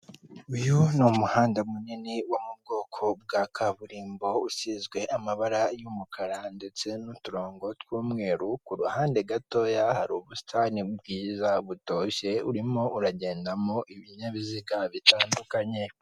Uyu ni umuhanda munini yo mu bwoko bw'akaburimbo usizwe amabara y'umukara ndetse n'uturongo tw'umweru, ku ruhande gatoya hari ubusitani bwiza butoshye urimo uragendamo ibinyabiziga bitandukanya.